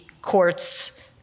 court's